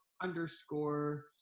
underscore